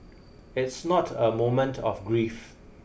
it's not a moment of grief